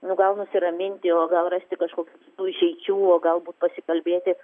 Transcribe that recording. nu gal nusiraminti o gal rasti kažkokių išeičių o galbūt pasikalbėti